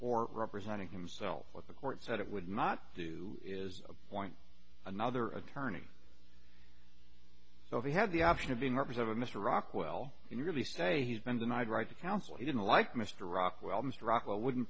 or representing himself what the court said it would not do is appoint another attorney so if he had the option of being represented mr rockwell you really say he's been denied right to counsel he didn't like mr rockwell mr rockwell wouldn't